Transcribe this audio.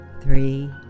three